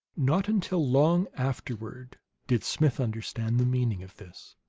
not until long afterward did smith understand the meaning of this.